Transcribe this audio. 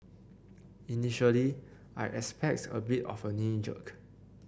initially I expect a bit of a knee jerk